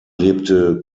lebte